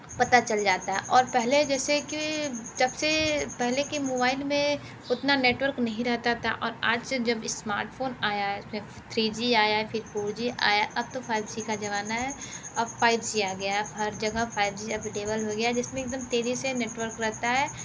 पता चल जाता है और पहले जैसे कि जब से पहले के मोबाइल में उतना नेटवर्क नहीं रहता था और आज से जब स्मार्टफोन आया है फिर थ्री जी आया है फिर फोर जी आया अब तो फाइव जी का ज़माना है अब फाइव जी आ गया है हर जगह फाइव जी अवेलेबल हो गया है जिस में एक दम तेज़ी से नेटवर्क रहता है